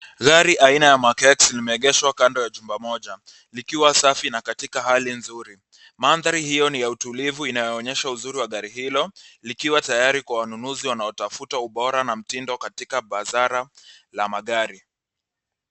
Gari aina ya Mark X imeegeshwa kando ya jumba moja likiwa safi na katika hali nzuri. Mandhari hiyo ni ya utulivu inayoonyesha uzuri wa gari hilo, likiwa tayari kwa wanunuzi wanaotafuta ubora na mtindo katika bazaar la magari.